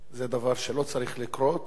זה דבר שלא צריך לקרות,